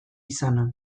izana